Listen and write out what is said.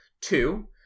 Two